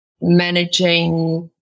managing